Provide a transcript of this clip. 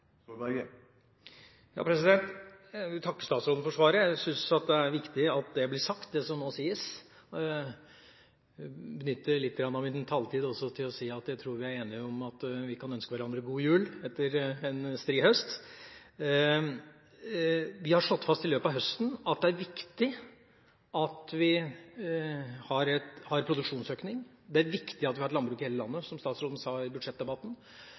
Jeg vil takke statsråden for svaret. Jeg syns det er viktig at det som nå sies, blir sagt. Jeg benytter også litt av min taletid til å si at jeg tror vi er enige om at vi kan ønske hverandre god jul etter en stri høst. I løpet av høsten har vi slått fast at det er viktig at vi har produksjonsøkning, det er viktig at vi har et landbruk i hele landet, som statsråden sa i budsjettdebatten,